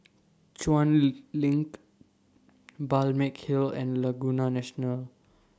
Chuan Lee LINK Balmeg Hill and Laguna National